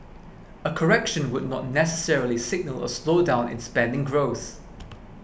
a correction would not necessarily signal a slowdown in spending growth